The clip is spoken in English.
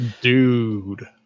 Dude